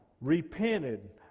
repented